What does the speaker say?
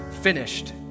finished